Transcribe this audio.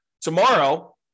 tomorrow